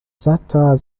صدتا